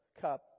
cup